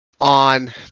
on